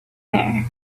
there